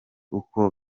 uko